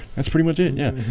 that's pretty much it yeah,